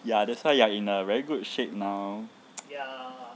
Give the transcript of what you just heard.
ya that's why you are in a very good shape now